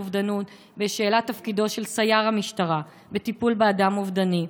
אובדנות בשאלת תפקידו של סייר המשטרה בטיפול באדם אובדני.